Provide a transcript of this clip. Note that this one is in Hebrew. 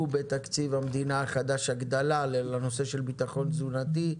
בתקציב המדינה החדש הגדלה לנושא של ביטחון תזונתי,